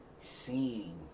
seeing